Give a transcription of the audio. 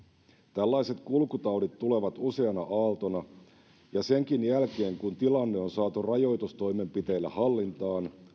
tällaiset kulkutaudit tulevat useana aaltona ja senkin jälkeen kun tilanne on saatu rajoitustoimenpiteillä hallintaan